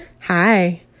hi